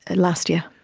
and last year.